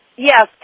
Yes